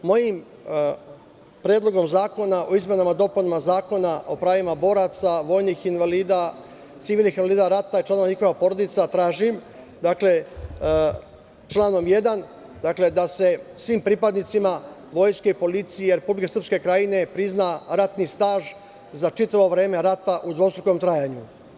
Mojim predlogom zakona o izmenama i dopunama Zakona o pravima boraca, vojnih invalida, civilnih invalida rata i članova njihovih porodica tražim, dakle, članom 1. da se svim pripadnicima vojske i policije Republike Srpske Krajine prizna ratni staž za čitavo vreme rata u dvostrukom trajanju.